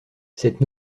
cette